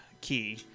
key